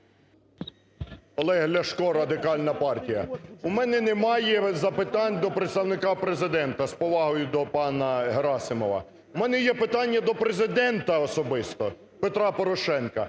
Олег Ляшко Радикальна партія. У мене немає запитань до представника Президента з повагою до пана Герасимова. У мене є питання до Президента особисто, Петра Порошенка,